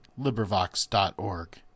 LibriVox.org